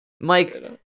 Mike